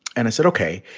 and i said, ok.